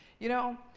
you know,